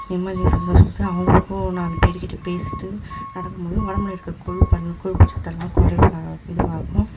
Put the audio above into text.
நிம்மதியும் சந்தோஷத்தையும் அவங்களுக்கும் நாலு பேருக்கிட்ட பேசிகிட்டு நடக்கும் போது உடம்புல இருக்கிற கொழுப்பு எல்லாம் கொழுப்பு சத்து எல்லாம் குறைவாக இதுவாகும்